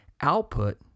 Output